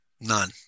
None